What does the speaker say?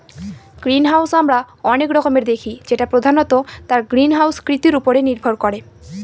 greenhouse আমরা অনেক রকমের দেখি যেটা প্রধানত তার গ্রিনহাউস কৃতির উপরে নির্ভর করে